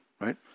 right